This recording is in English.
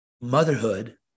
motherhood